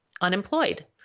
unemployed